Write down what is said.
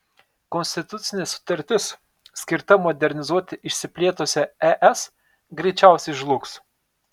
konstitucinė sutartis skirta modernizuoti išsiplėtusią es greičiausiai žlugs